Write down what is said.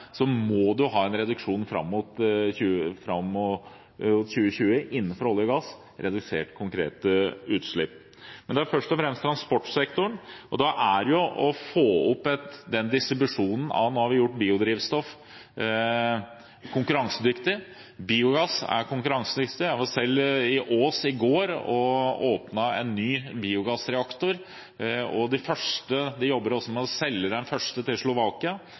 må en innenfor olje- og gassektoren ha en reduksjon av konkrete utslipp fram mot 2020. Men dette gjelder først og fremst transportsektoren, og det gjelder å få opp distribusjonen. Nå har vi gjort biodrivstoff konkurransedyktig – biogass er konkurransedyktig. Jeg var selv i Ås i går og åpnet en ny biogassreaktor. De jobber også med å selge den første til Slovakia,